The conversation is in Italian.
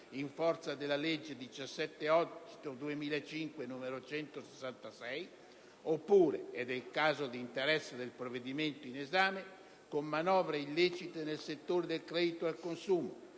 in forza della legge 17 agosto 2005, n. 166) oppure (ed è il caso d'interesse del provvedimento in esame) con manovre illecite nel settore del credito al consumo.